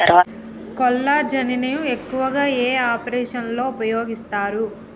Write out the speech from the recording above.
కొల్లాజెజేని ను ఎక్కువగా ఏ ఆపరేషన్లలో ఉపయోగిస్తారు?